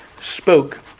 spoke